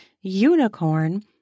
unicorn